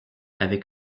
avec